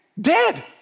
dead